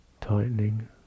tightening